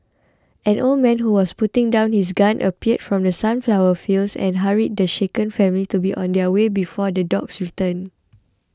an old man who was putting down his gun appeared from the sunflower fields and hurried the shaken family to be on their way before the dogs return